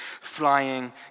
flying